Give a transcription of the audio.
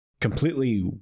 completely